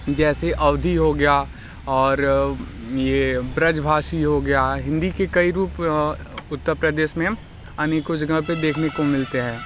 जैसे अवधि हो गया और ये ब्रजभाषी हो गया हिंदी के कई रूप उत्तर प्रदेश में अनेकों जगह पे देखने को मिलते हैं